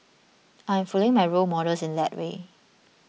I'm following my role models in that way